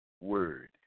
Word